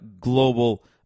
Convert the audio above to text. global